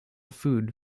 food